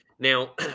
Now